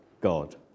God